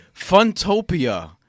Funtopia